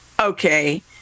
okay